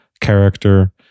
character